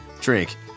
drink